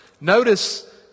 notice